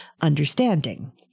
understanding